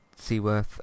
Seaworth